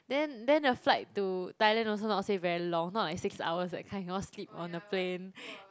then then the flight to Thailand also not say very long not like six hours that kind cannot sleep on the plane